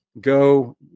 go